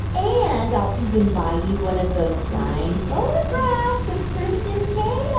and i'll even buy you one of those signed photographs of christian kale